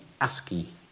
ASCII